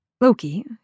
Loki